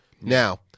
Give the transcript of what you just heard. Now